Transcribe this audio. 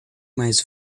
mais